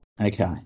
Okay